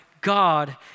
God